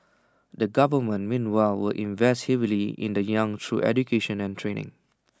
the government meanwhile will invest heavily in the young through education and training